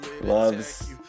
loves